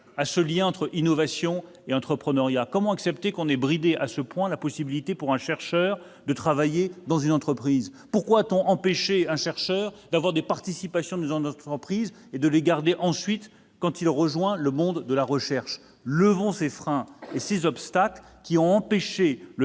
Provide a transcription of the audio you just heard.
du lien entre innovation et entrepreneuriat. Ainsi, comment accepter que l'on ait bridé, à ce point, la possibilité, pour un chercheur, de travailler dans une entreprise ? Pourquoi a-t-on empêché un chercheur de posséder des participations dans une entreprise et de les conserver après son retour dans le monde de la recherche ? Levons ces freins et ces obstacles, qui ont empêché le